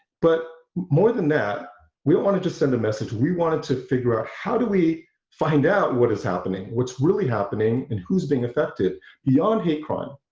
but more than that we wanted to send a message we wanted to figure out how do we find out what is happening what's really happening and who's being affected beyond hate crime